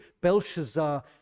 Belshazzar